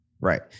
Right